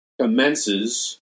commences